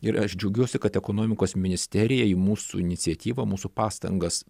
ir aš džiaugiuosi kad ekonomikos ministerija į mūsų iniciatyvą mūsų pastangas